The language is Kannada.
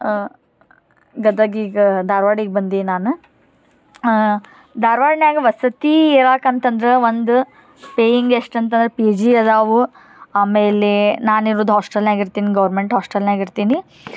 ಗದಗಿಗ ಧಾರ್ವಾಡಗೆ ಬಂದು ನಾನು ಧಾರ್ವಾಡ್ನ್ಯಾಗ ವಸತಿ ಇರಾಕ್ಕಂತಂದ್ರೆ ಒಂದು ಪೇಯಿಂಗ್ ಎಷ್ಟು ಅಂತ ಪಿ ಜಿ ಅದಾವು ಆಮೇಲೆ ನಾನು ಇರೋದು ಹಾಸ್ಟೆಲ್ನಾಗ ಇರ್ತೀನಿ ಗೌರ್ಮೆಂಟ್ ಹಾಸ್ಟೆಲ್ನಾಗ ಇರ್ತೀನಿ